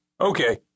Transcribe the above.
Okay